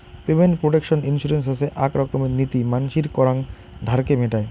payment protection insurance হসে আক রকমের নীতি মানসির করাং ধারকে মেটায়